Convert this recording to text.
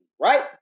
right